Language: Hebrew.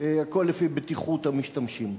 הכול לפי בטיחות המשתמשים.